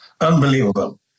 unbelievable